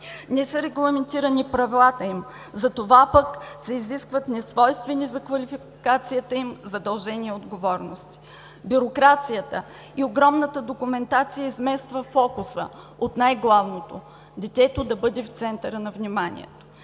Не са регламентирани правата им. Затова пък се изискват несвойствени за квалификацията им задължения и отговорности. Бюрокрацията и огромната документация измества фокуса от най-главното – детето да бъде в центъра на вниманието.